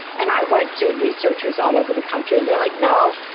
and i went to researchers all over the country and they're like, no,